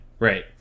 Right